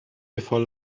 before